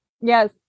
Yes